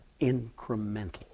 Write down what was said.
incremental